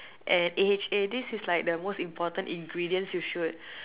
and A_H_A this is like the most important ingredients you should